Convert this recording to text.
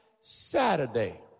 Saturday